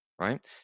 right